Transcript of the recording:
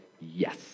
yes